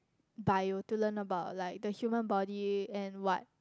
bio to learn about like the human body and what